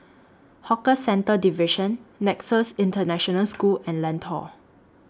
Hawker Centres Division Nexus International School and Lentor